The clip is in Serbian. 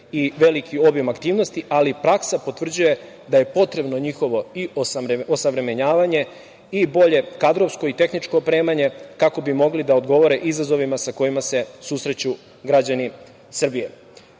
i veliki obim aktivnosti, ali praksa potvrđuje da je potrebno njihovo i osavremenjavanje i bolje kadrovsko i tehničko opremanje, kako bi mogli da odgovore izazovima sa kojima se susreću građani Srbije. Takođe,